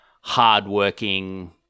hardworking